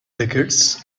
decades